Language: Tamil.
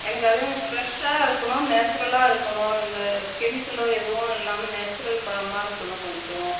எனக்கு அதேமாதிரி ஃப்ரெஷ்ஷாக இருக்கணும் நேச்சுரலாக இருக்கணும் இந்த ஒரு கெமிக்கலோ எதுவும் இல்லாமல் நேச்சுரல் பழமாக இருக்கணும் கொஞ்சம்